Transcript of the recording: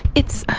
it's, oh,